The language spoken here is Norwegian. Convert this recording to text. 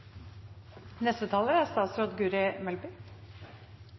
Neste taler er